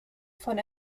von